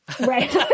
Right